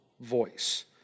voice